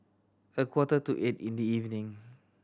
a quarter to eight in the evening